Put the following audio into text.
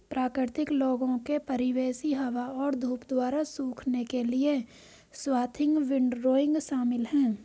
प्राकृतिक लोगों के परिवेशी हवा और धूप द्वारा सूखने के लिए स्वाथिंग विंडरोइंग शामिल है